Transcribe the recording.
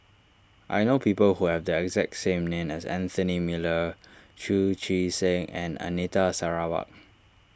I know people who have the exact same name as Anthony Miller Chu Chee Seng and Anita Sarawak